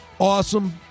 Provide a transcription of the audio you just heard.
Awesome